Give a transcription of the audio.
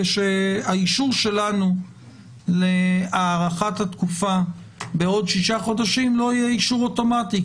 ושהאישור שלנו להארכת התקופה בעוד שישה חודשים לא יהיה אישור אוטומטי,